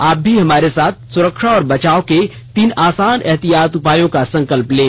आप भी हमारे साथ स्रक्षा और बचाव के तीन आसान एहतियाती उपायों का संकल्प लें